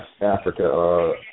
Africa